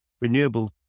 renewable